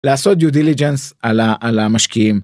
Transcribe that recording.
לעשות due diligence על המשקיעים.